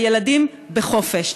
הילדים בחופש.